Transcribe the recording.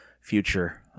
future